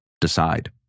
decide